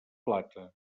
plata